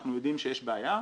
אנחנו יודעים שיש בעיה,